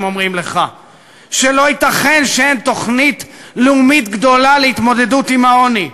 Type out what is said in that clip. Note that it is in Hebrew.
הם אומרים לך שלא ייתכן שאין תוכנית לאומית גדולה להתמודדות עם העוני.